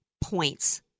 points